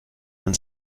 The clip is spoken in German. man